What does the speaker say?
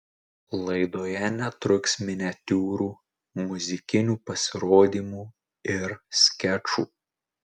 laidoje netruks miniatiūrų muzikinių pasirodymų ir skečų